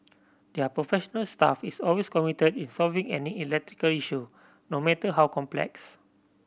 their professional staff is always committed in solving any electrical issue no matter how complex